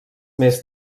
més